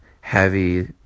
heavy